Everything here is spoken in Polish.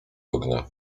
ognia